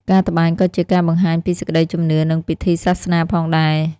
ការត្បាញក៏ជាការបង្ហាញពីសេចក្តីជំនឿ និងពិធីសាសនាផងដែរ។